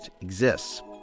exists